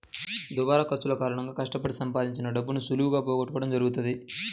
దుబారా ఖర్చుల కారణంగా కష్టపడి సంపాదించిన డబ్బును సులువుగా పోగొట్టుకోడం జరుగుతది